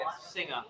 Singer